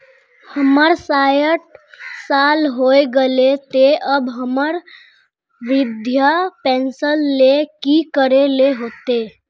हमर सायट साल होय गले ते अब हमरा वृद्धा पेंशन ले की करे ले होते?